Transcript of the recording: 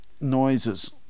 noises